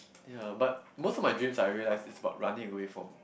ya but most of my dreams I realise is about running away from